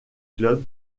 club